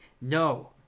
No